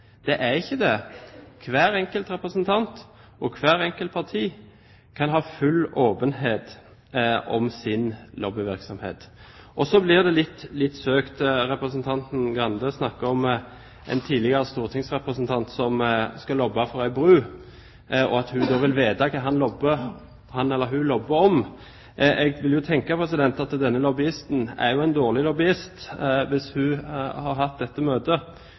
er det ikke. Hver enkelt representant og hvert enkelt parti kan ha full åpenhet om sin lobbyvirksomhet. Det blir litt søkt når representanten Skei Grande snakker om en tidligere stortingsrepresentant som skulle lobbe for en bro, og at hun da vil vite hva han eller hun lobber om. Jeg vil jo tenke at denne lobbyisten er en dårlig lobbyist hvis hun har hatt dette møtet